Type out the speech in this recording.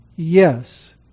Yes